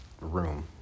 room